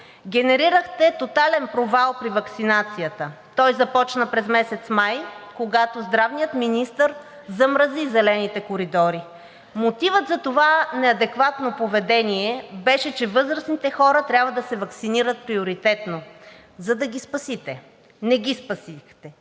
Генерирахте тотален провал при ваксинацията. Той започна през месец май, когато здравният министър замрази зелените коридори. Мотивът за това неадекватно поведение беше, че възрастните хора трябва да се ваксинират приоритетно, за да ги спасите. Не ги спасихте!